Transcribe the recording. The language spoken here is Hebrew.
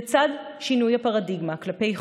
לצד שינוי הפרדיגמה כלפי חוץ,